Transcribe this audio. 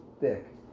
thick